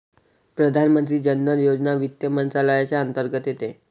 प्रधानमंत्री जन धन योजना वित्त मंत्रालयाच्या अंतर्गत येते